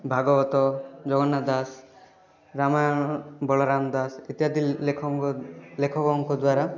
ଭାଗବତ ଜଗନ୍ନାଥ ଦାସ ରାମାୟଣ ବଲରାମ ଦାସ ଇତ୍ୟାଦି ଲେଖକ ଲେଖକଙ୍କ ଦ୍ୱାରା